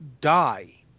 die